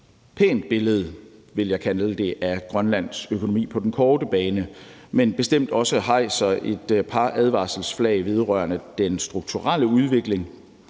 pænt billede, vil jeg kalde det, af Grønlands økonomi på den korte bane, men bestemt også hejser et par advarselsflag vedrørende den strukturelle udvikling.